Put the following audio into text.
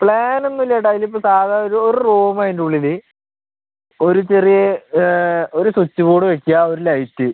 പ്ലാനൊന്നുമില്ല ചേട്ടാ ഇതിപ്പോൾ സാധാരണ ഒരു റൂമ് അതിന്റെയുള്ളിൽ ഒരു ചെറിയ ഒരു സ്വിച്ച് ബോഡ് വയ്ക്കുക ഒരു ലൈറ്റ്